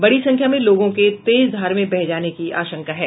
बड़ी संख्या में लोगों के तेज धार में बह जाने की आशंका है